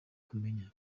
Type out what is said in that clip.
kumenya